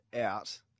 out